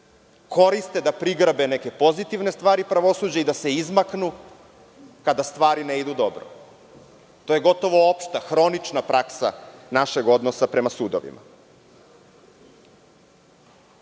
koriste da prigrabe neke pozitivne stvari pravosuđa i da se izmaknu kada stvari ne idu dobro. To je gotovo opšta, hronična praksa našeg odnosa prema sudovima. Drugi